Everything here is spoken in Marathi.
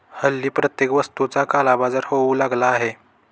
हल्ली प्रत्येक वस्तूचा काळाबाजार होऊ लागला आहे